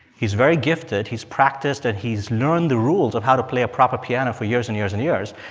he's very gifted. he's practiced and he's learned the rules of how to play a proper piano for years and years and years.